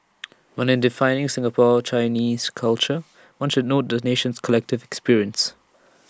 but in defining Singapore Chinese culture one should note the nation's collective experience